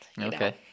Okay